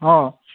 অঁ